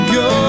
go